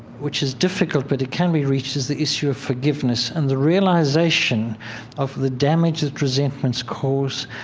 which is difficult, but it can be reached, is the issue of forgiveness and the realization of the damage that resentments cause.